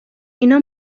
اینا